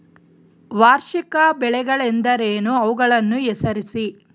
ವಾರ್ಷಿಕ ಬೆಳೆಗಳೆಂದರೇನು? ಅವುಗಳನ್ನು ಹೆಸರಿಸಿ?